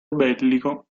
bellico